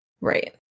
Right